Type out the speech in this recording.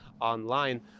online